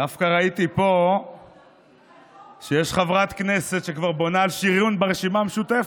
דווקא ראיתי פה שיש חברת כנסת שכבר בונה על שריון ברשימה המשותפת,